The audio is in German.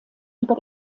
über